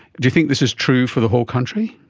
do you think this is true for the whole country?